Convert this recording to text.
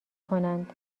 کنند